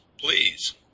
please